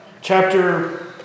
chapter